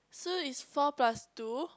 so it's four plus two